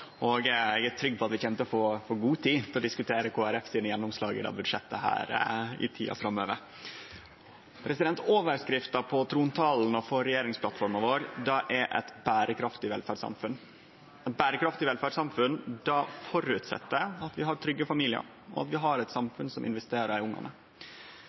og eg er trygg på at vi kjem til å få god tid til å diskutere gjennomslaga til Kristeleg Folkeparti i dette budsjettet i tida framover. Overskrifta på trontalen og regjeringsplattforma er eit berekraftig velferdssamfunn. Eit berekraftig velferdssamfunn føreset at vi har trygge familiar, og at vi har eit samfunn som investerer i ungane.